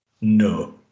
No